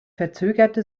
verzögerte